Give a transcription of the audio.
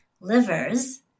livers